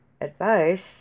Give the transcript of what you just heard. advice